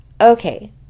Okay